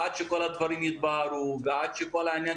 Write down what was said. עד שכל הדברים יתבהרו ועד שכל העניין